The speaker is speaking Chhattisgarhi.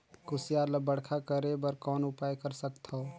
कुसियार ल बड़खा करे बर कौन उपाय कर सकथव?